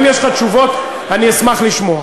אם יש לך תשובות, אני אשמח לשמוע.